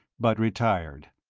but retired.